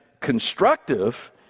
constructive